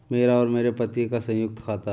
मेरा और मेरे पति का संयुक्त खाता है